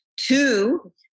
Two